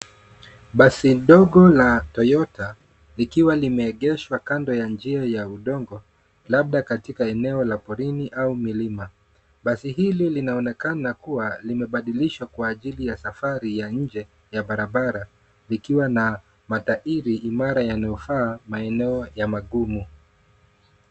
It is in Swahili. Basi dogo la Toyota likiwa limeegeshwa kando ya njia ya udongo, labda katika eneo la porini au milima. Basi hili linaonekana kuwa limebadilishwa kwa ajili ya safari ya nje ya barabara, likiwa na matairi imara yanayofaa maeneo ya magumu.